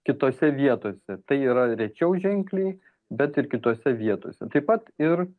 kitose vietose tai yra rečiau ženkliai bet ir kitose vietose taip pat ir